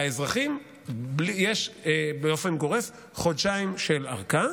לאזרחים יש באופן גורף חודשיים של ארכה,